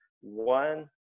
one